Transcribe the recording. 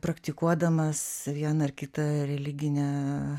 praktikuodamas vieną ar kitą religinę